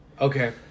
Okay